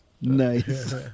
nice